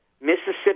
Mississippi